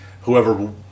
Whoever